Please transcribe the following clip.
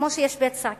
כמו שיש בצע כסף,